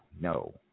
No